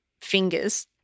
fingers